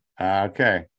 Okay